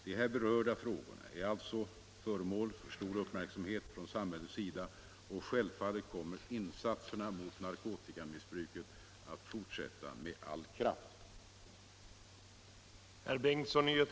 De här berörda frågorna är alltså föremål för stor uppmärksamhet från samhällets sida, och självfallet kommer insatserna mot narkotikamissbruket att fortsätta med all kraft.